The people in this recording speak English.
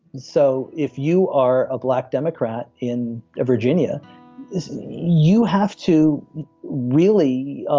so if you are a black democrat in ah virginia you have to really.